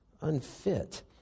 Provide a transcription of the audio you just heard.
unfit